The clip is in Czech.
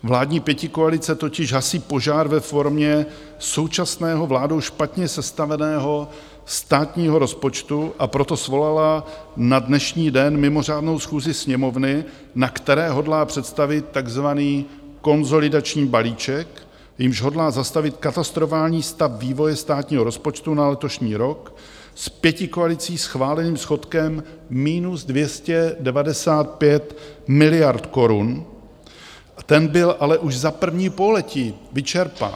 Vládní pětikoalice totiž hasí požár ve formě současného vládou špatně sestaveného státního rozpočtu, a proto svolala na dnešní den mimořádnou schůzi Sněmovny, na které hodlá představit takzvaný konsolidační balíček, jímž hodlá zastavit katastrofální stav vývoje státního rozpočtu na letošní rok s pětikoalicí schváleným schodkem minus 295 miliard korun, ten byl ale už za první pololetí vyčerpán.